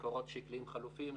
מקורות שקליים חלופיים,